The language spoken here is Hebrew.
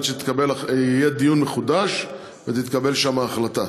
שיהיה דיון מחודש ותתקבל שם ההחלטה.